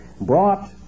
brought